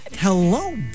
Hello